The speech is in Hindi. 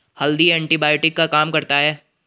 हल्दी एंटीबायोटिक का काम करता है